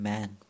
Man